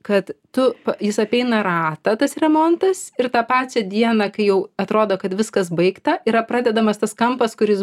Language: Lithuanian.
kad tu jis apeina ratą tas remontas ir tą pačią dieną kai jau atrodo kad viskas baigta yra pradedamas tas kampas kuris